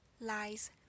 lies